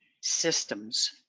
systems